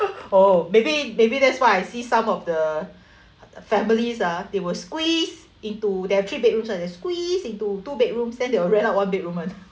oh maybe maybe that's why I see some of the families ah they will squeeze into their three bedrooms [one] squeeze into two bedrooms then they will rent out one bedroom [one]